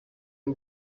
w’u